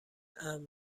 امن